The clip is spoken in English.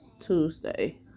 Tuesday